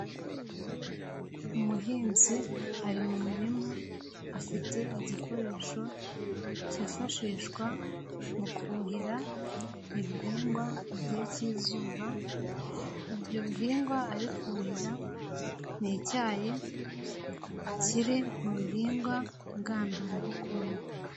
Umuhinzi ari mu murima afite igikoresho cyifashishwa mu kuhira ibihingwa mu gihe cy'izuba, ibyo bihingwa ari kuhira ni icyayi kiri mu bihingwa ngandurabukungu.